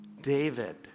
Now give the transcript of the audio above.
David